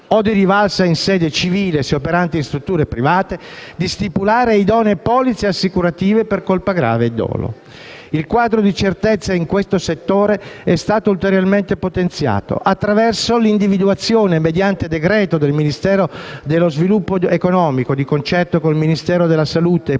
di rivalsa in sede civile, se operanti in strutture private, di stipulare idonee polizze assicurative per colpa grave e dolo. Il quadro di certezze in questo settore è stato ulteriormente potenziato attraverso l'individuazione, mediante decreto del Ministero dello sviluppo economico, di concerto con il Ministero della salute,